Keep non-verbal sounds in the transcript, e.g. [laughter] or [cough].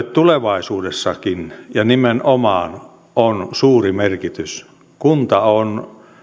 [unintelligible] tulevaisuudessakin ja nimenomaan on suuri merkitys kunta on